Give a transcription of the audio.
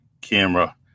camera